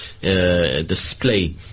display